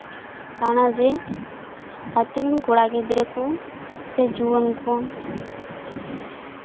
ᱠᱟᱱᱟ ᱡᱮ ᱟᱛᱳᱨᱮᱱ ᱠᱚᱲᱟ ᱜᱤᱫᱽᱨᱟᱹ ᱠᱩ ᱥᱮ ᱡᱩᱣᱟᱹᱱ ᱠᱚ